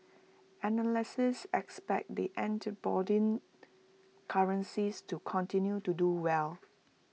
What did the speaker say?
analysts expect the antipodean currencies to continue to do well